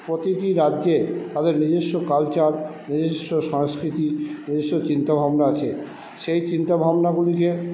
প্রতিটি রাজ্যে তাদের নিজেস্ব কালচার নিজেস্ব সংস্কৃতি নিজেস্ব চিন্তা ভাবনা আছে সেই চিন্তা ভাবনাগুলিকে